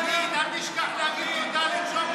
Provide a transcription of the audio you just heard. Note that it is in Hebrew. למה אתה לא אומר תודה לאילת שקד?